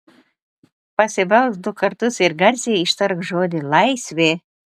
pasibelsk du kartus ir garsiai ištark žodį laisvė